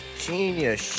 genius